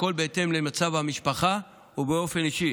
הכול בהתאם למצב המשפחה ובאופן אישי.